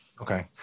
Okay